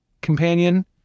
companion